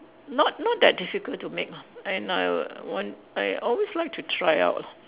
not not that difficult to make lah and I will want I always like try out lah